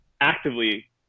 actively